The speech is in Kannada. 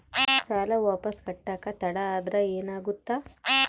ಸಾಲ ವಾಪಸ್ ಕಟ್ಟಕ ತಡ ಆದ್ರ ಏನಾಗುತ್ತ?